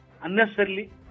unnecessarily